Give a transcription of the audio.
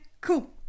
cool